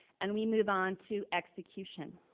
and we move onto execution.